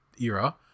era